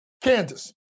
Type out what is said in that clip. Kansas